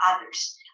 others